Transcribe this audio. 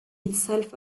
itself